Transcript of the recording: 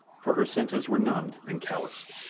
for her senses were numbed and calloused.